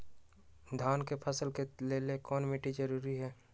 धान के फसल के लेल कौन मिट्टी जरूरी है?